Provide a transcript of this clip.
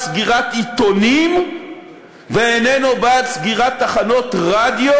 סגירת עיתונים ואיננו בעד סגירת תחנות רדיו.